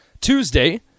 Tuesday